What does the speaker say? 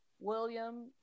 William